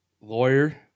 Lawyer